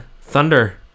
thunder